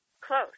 Close